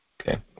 Okay